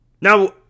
Now